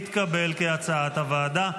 כהצעת הוועדה,